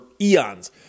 eons